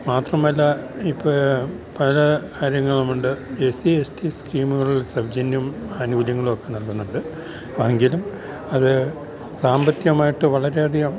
മാത്രമല്ല ഇപ്പോള് പല കാര്യങ്ങളുമുണ്ട് എസ് സി എസ് റ്റി സ്കീമുകളിൽ സൗജന്യം അനുകൂല്യങ്ങളൊക്കെ നല്കുന്നുണ്ട് എങ്കിലും അത് സാമ്പത്തികമായിട്ടു വളരെയധികം